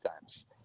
times